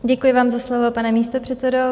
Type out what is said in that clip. Děkuji vám za slovo, pane místopředsedo.